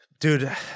Dude